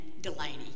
Delaney